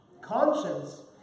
Conscience